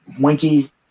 Winky